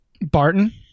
Barton